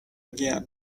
again